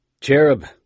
Cherub